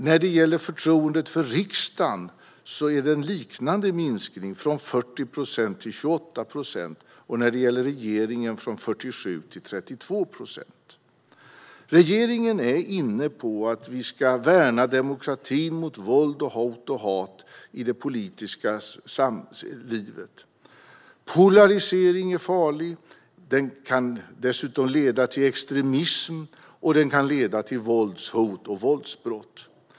När det gäller förtroendet för riksdagen är det en liknande minskning från 40 procent till 28 procent, och när det gäller regeringen från 47 procent till 32 procent. Regeringen är inne på att vi ska värna demokratin från våld, hot och hat i det politiska livet. Polarisering är farlig. Den kan dessutom leda till extremism, och den kan leda till våldshot och våldsbrott.